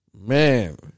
Man